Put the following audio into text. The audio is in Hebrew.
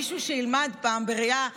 מי שילמד פעם, בראייה לאחור,